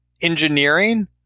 engineering